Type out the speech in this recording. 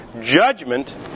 Judgment